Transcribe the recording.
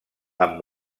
amb